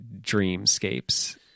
dreamscapes